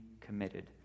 committed